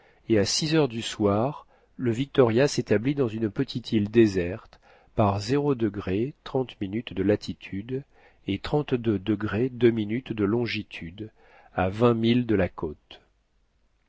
et à six heures du soir le victoria s'établit dans une petite île déserte par de latitude et de longitude à vingt milles de la côte